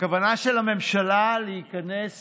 הכוונה של הממשלה היא להיכנס